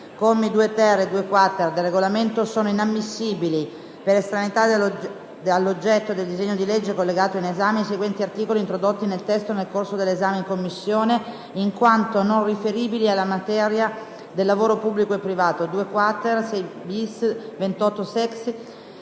commi 2-*ter* e 2-*quater*, del Regolamento, sono inammissibili, per estraneità all'oggetto del disegno di legge collegato in esame, i seguenti articoli introdotti nel testo nel corso della trattazione in Commissione, in quanto non riferibili alla materia del lavoro pubblico e privato: - 2-*quater* (Disposizioni per